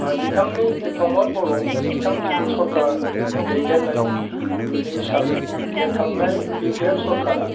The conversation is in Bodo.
आरो बिथांनि प्रमद बर' बिथांनि जिखुनु सरखार दैदेननाय बे हिसाबै बे थांनाय बि पि एफ सरखारा